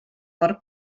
mor